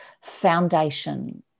foundation